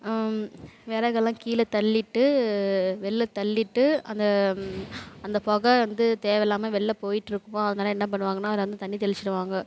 விறகெல்லாம் கீழை தள்ளிட்டு வெளில தள்ளிட்டு அந்த அந்த புக வந்து தேவயில்லாம வெளில போயிட்டிருக்குமா அதனால என்ன பண்ணுவாங்கன்னா அதில் வந்து தண்ணி தெளிச்சிடுவாங்க